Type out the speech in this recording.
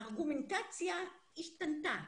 הארגומנטציה השתנתה.